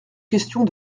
questions